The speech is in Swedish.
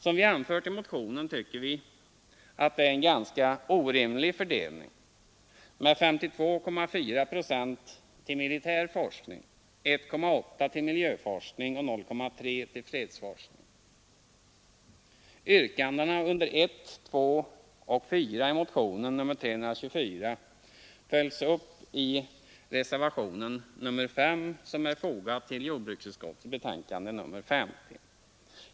Som vi anfört i motionen tycker vi att det är en ganska orimlig fördelning med 52,4 procent till militär forskning, 1,8 procent till miljöforskning och 0,3 procent till fredsforskning. Yrkandena under 1, 2 och 4 i motionen 324 följs upp i reservationen S, som är fogad till jordbruksutskottets betänkande nr 50.